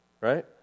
right